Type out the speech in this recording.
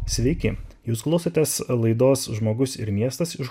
sveiki jūs klausotės laidos žmogus ir miestas iš